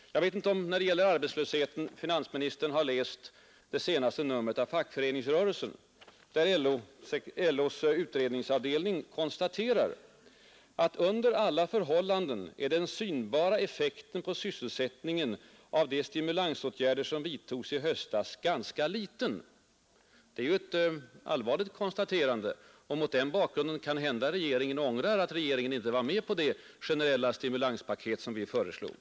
När det gäller arbetslösheten, så vet jag inte om finansministern har läst det senaste numret av Fackföreningsrörelsen, där LO:s utredningsavdelning konstaterar följande: ”Under alla förhållanden är den synbara effekten på sysselsättningen av de stimulansåtgärder som vidtogs i höstas ganska liten.” Det är ju ett allvarligt konstaterande, och mot den bakgrunden kanske regeringen ångrar att regeringen inte var med på det generella stimulanspaket som vi föreslog.